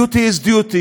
duty is duty,